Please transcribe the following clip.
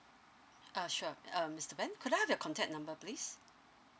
ah sure um mister ben could I have your contact number please